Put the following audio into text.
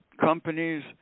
companies